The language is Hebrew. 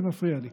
זה מפריע לי.